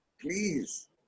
Please